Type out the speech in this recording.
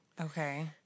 Okay